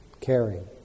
caring